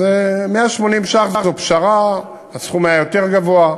אז 180 שקל זה פשרה, הסכום היה יותר גבוה.